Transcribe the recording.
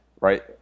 right